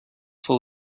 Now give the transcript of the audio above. full